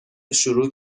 شروع